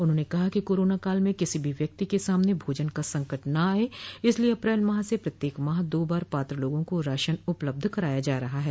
उन्होंने कहा कि कोरोना काल में किसी भी व्यक्ति को सामने भोजन का संकट न आये इसलिये अप्रैल माह से प्रत्येक माह दो बार पात्र लोगों को राशन उपलब्ध कराया जा रहा है